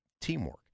teamwork